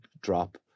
drop